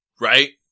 Right